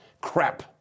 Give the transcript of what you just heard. crap